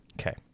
Okay